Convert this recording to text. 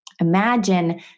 imagine